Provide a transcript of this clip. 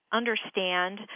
understand